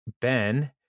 ben